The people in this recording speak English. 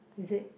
is it